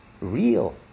real